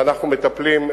ואנחנו מטפלים.